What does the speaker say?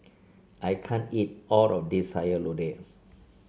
I can't eat all of this Sayur Lodeh